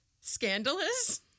scandalous